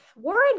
Warren